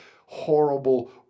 horrible